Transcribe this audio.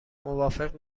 موافق